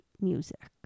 music